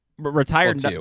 Retired